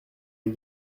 les